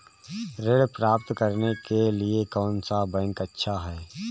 ऋण प्राप्त करने के लिए कौन सा बैंक अच्छा है?